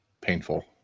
painful